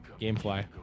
Gamefly